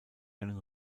einen